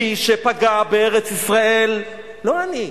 מי שפגע בארץ-ישראל, לא אני,